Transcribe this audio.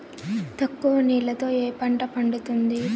తక్కువ నీళ్లతో ఏ పంట పండుతుంది?